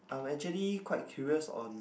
I'm actually quite curious on